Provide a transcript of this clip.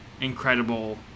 incredible